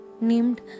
named